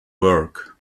work